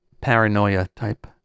paranoia-type